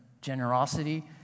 generosity